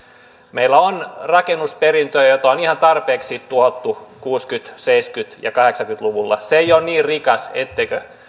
meillä on rakennusperintö jota on ihan tarpeeksi tuhottu kuusikymmentä seitsemänkymmentä ja kahdeksankymmentä luvulla se ei ole niin rikas etteikö